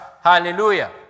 Hallelujah